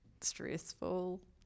stressful